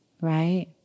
Right